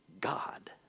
God